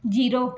zero